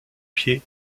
pied